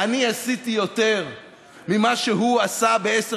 אני עשיתי יותר ממה שהוא עשה בעשר